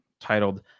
titled